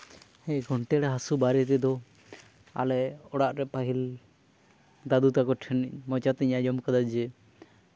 ᱦᱮᱸ ᱜᱚᱱᱴᱷᱮᱲ ᱦᱟᱹᱥᱩ ᱵᱟᱨᱮ ᱛᱮᱫᱚ ᱟᱞᱮ ᱚᱲᱟᱜ ᱨᱮ ᱯᱟᱹᱦᱤᱞ ᱫᱟᱫᱩ ᱛᱟᱠᱚ ᱴᱷᱮᱱ ᱢᱚᱪᱟᱛᱤᱧ ᱟᱸᱡᱚᱢ ᱠᱟᱫᱟ ᱡᱮ